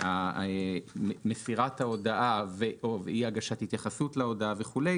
בין מסירת ההודעה או אי הגשת התייחסות להודעה וכולי,